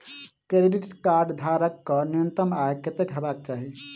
Credit card धारक कऽ न्यूनतम आय कत्तेक हेबाक चाहि?